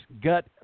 gut